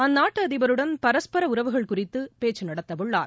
அந்நாட்டுஅதிபருடன் பரஸ்பரஉறவுகள் குறித்துபேச்சுநடத்தவுள்ளார்